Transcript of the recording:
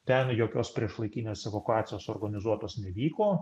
ten jokios priešlaikinės evakuacijos organizuotos nevyko